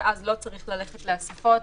ואז לא צריך ללכת לאספות